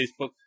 Facebook